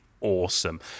awesome